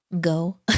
go